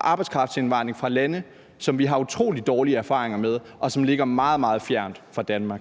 arbejdskraftindvandring fra lande, som vi har utrolig dårlige erfaringer med, og som ligger meget, meget fjernt fra Danmark?